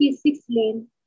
six-lane